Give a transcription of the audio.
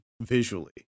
visually